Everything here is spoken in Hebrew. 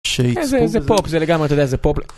כן זה פופ זה לגמרי, אתה יודע זה פופ